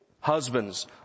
Husbands